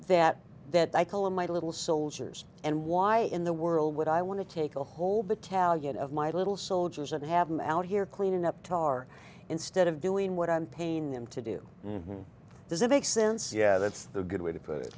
that that i call them my little soldiers and why in the world would i want to take a whole battalion of my little soldiers and have them out here cleaning up tar instead of doing what i'm painting them to do does it make sense yeah that's the good way to put it